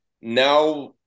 now